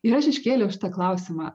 ir aš iškėliau šitą klausimą